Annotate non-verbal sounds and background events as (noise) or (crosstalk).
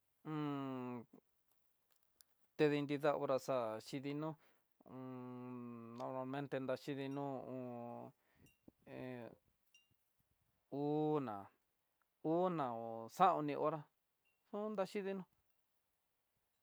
(hesitation) tenri nida hora xa xhidinó, (hesitation) normalmente nraxhidinó ho he una o xaon ni horá xondaxhidinró.